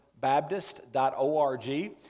Baptist.org